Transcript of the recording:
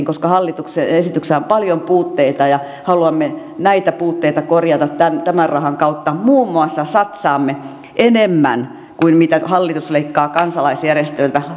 koska hallituksen esityksessä on paljon puutteita ja haluamme näitä puutteita korjata tämän tämän rahan kautta muun muassa satsaamme enemmän kansalaisjärjestöjen toimintaan kun hallitus leikkaa kansalaisjärjestöiltä